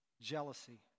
jealousy